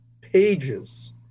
pages